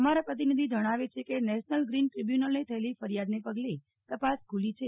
અમારા પ્રતિનિધિ જણાવે છે કે નેશનલ ગ્રીન દ્રીબ્યુનલને થયેલી ફરિયાદ ને પગલે તપાસ ખૂલી છે